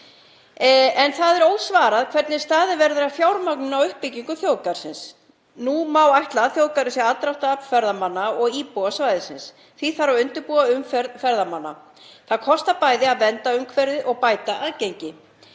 En því er ósvarað hvernig staðið verður að fjármögnun á uppbyggingu þjóðgarðsins. Nú má ætla að þjóðgarður sé aðdráttarafl ferðamanna og íbúa svæðisins. Því þarf að undirbúa umferð ferðamanna. Það kostar bæði að vernda umhverfið og bæta aðgengi.